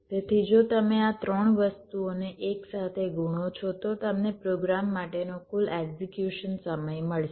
તેથી જો તમે આ ત્રણ વસ્તુઓને એક સાથે ગુણો છો તો તમને પ્રોગ્રામ માટેનો કુલ એક્ઝિક્યુશન સમય મળશે